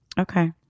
Okay